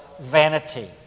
vanity